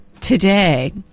today